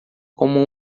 como